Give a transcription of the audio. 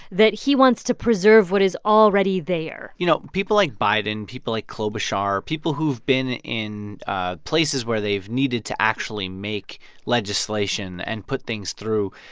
that he wants to preserve what is already there you know, people like biden, people like klobuchar people who've been in places where they've needed to actually make legislation and put things through,